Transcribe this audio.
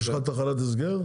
יש לך תחנת הסגר?